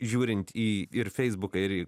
žiūrint į ir feisbuką ir į